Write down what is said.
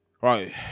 Right